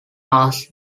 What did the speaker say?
asked